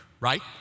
right